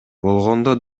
болгондо